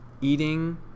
eating